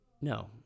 No